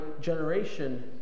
generation